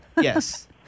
Yes